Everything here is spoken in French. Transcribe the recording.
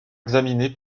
examiné